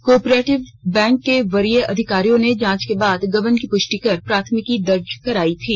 cooperative bank के वरीय अधिकारियों ने जांच के बाद गबन की पुष्टि कर प्राथमिकी दर्ज करायी थी